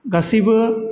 गासैबो